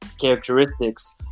characteristics